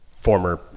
former